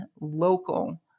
local